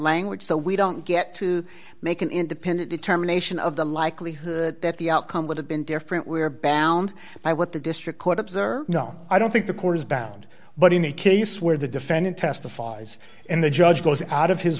language so we don't get to make an independent determination of the likelihood that the outcome would have been different we're balland by what the district court observed no i don't think the court is bound but in the case where the defendant testifies and the judge goes out of his